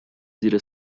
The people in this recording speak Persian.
زیر